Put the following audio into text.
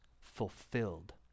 fulfilled